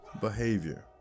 behavior